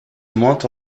montre